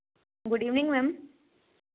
good evening ma'am